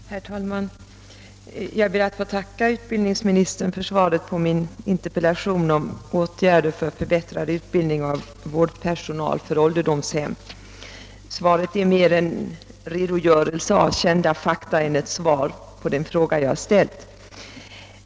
Herr talman! Jag ber att få tacka utbildningsministern för svaret på min interpellation om åtgärder för förbättrad utbildning av vårdpersonal för ålderdomshem. Svaret är mer en redogörelse för kända fakta än ett svar på den fråga jag ställt.